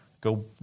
go